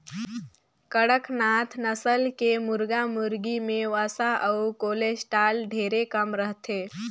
कड़कनाथ नसल के मुरगा मुरगी में वसा अउ कोलेस्टाल ढेरे कम रहथे